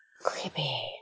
creepy